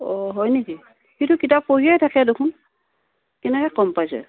অ' হয় নেকি সিতো কিতাপ পঢ়িয়ে থাকে দেখোন কেনেকৈ কম পাইছে